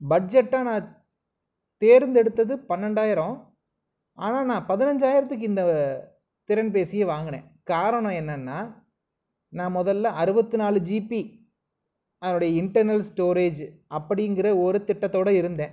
பட்ஜெட்டாக தேர்ந்தெடுத்தது பன்னெண்டாயிரம் ஆனால் நான் பதினைஞ்சாயிரத்துக்கு இந்த திறன் பேசிய வாங்கினேன் காரணம் என்னெனா நான் முதலில் அறுபத்து நாலு ஜீபி அதனுடைய இன்டர்னல் ஸ்டோரேஜ் அப்படிங்குற ஒரு திட்டதோடய இருந்தேன்